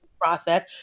Process